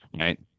right